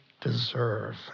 deserve